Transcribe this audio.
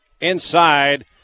inside